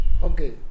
Okay